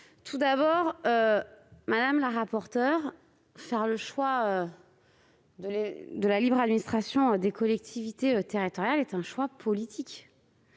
de vote. Madame la rapporteure, le choix de la libre administration des collectivités territoriales est déjà un choix politique.